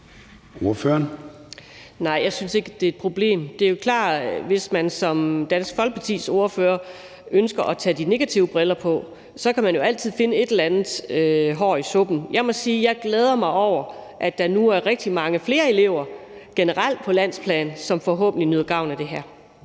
Nej, jeg synes ikke, det er et problem. Det er klart, at hvis man som Dansk Folkepartis ordfører ønsker at tage de negative briller på, så kan man jo altid kan finde et eller andet hår i suppen. Jeg må sige, at jeg glæder mig over, at der nu generelt på landsplan er rigtig mange flere elever, som forhåbentlig kan få gavn af det her.